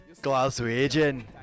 glaswegian